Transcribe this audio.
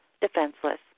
defenseless